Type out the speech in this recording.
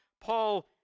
Paul